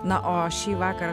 na o šįvakar